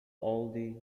aldi